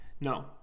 No